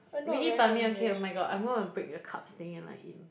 we eat 板面 okay oh my god I'm gonna break the carbs thing and like eat